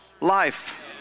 life